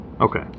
Okay